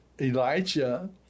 Elijah